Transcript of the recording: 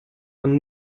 man